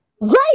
right